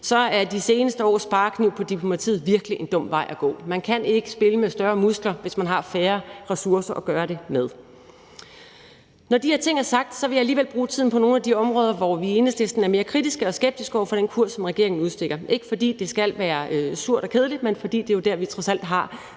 er de seneste års sparekniv på diplomatiets område virkelig en dum vej at gå; man kan ikke spille med større muskler, hvis man har færre ressourcer at gøre det med. Når de her ting er sagt, vil jeg alligevel bruge tiden på nogle af de områder, hvor vi i Enhedslisten er mere kritiske og skeptiske over for den kurs, som regeringen udstikker. Det er ikke, fordi det skal være surt og kedeligt, men fordi det jo er der, vi trods alt har